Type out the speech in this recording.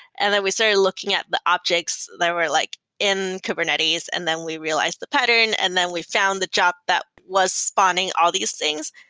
and then we started looking at objects that were like in kubernetes and then we realized the pattern and then we found the job that was spawning all these things.